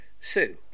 Sue